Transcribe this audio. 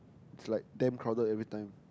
is like damn crowded every time